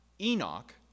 Enoch